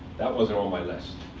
that wasn't on my list.